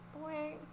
Boy